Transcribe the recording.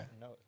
no